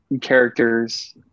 characters